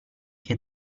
che